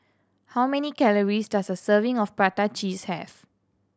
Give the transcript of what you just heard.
how many calories does a serving of prata cheese have